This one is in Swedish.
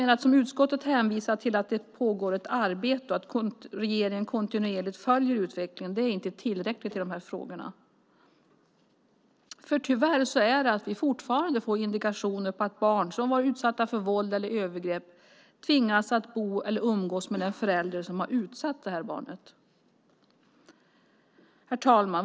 Att som utskottet hänvisa till att det pågår ett arbete och att regeringen kontinuerligt följer utvecklingen är inte tillräckligt i de här frågorna. Tyvärr får vi fortfarande indikationer på att barn som varit utsatta för våld eller övergrepp tvingas att bo eller umgås med den förälder som har utsatt barnet för detta. Herr talman!